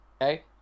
okay